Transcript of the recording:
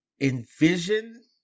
envision